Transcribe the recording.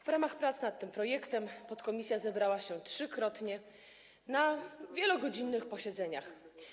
W ramach prac nad tym projektem podkomisja zebrała się trzykrotnie na wielogodzinnych posiedzeniach.